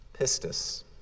pistis